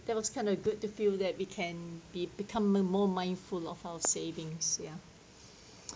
that was kind of good to feel that we can be become a more mindful of our savings ya